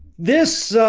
this, ah,